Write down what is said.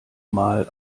mal